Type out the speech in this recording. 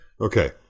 Okay